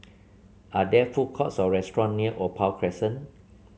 are there food courts or restaurant near Opal Crescent